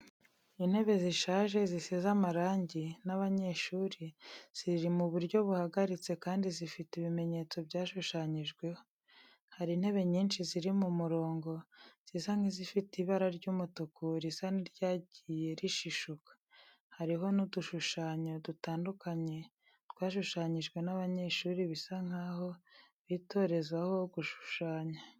Intebe zishaje zisize amarangi n’abanyeshuri, ziri mu buryo buhagaritse kandi zifite ibimenyetso byashushanyijweho. Hari intebe nyinshi ziri mu murongo, zisa nk’izifite ibara ry’umutuku risa n’iryagiye rishishuka. Hariho n’udushushanyo dutandukanye, twashushanyijwe n'abanyeshuri bisa nkaho bitorezaho gushushanya.